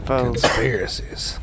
Conspiracies